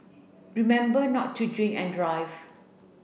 remember not to drink and drive